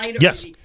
Yes